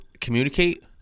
communicate